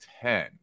ten